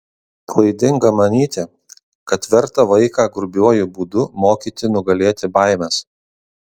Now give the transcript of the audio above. klaidinga manyti kad verta vaiką grubiuoju būdu mokyti nugalėti baimes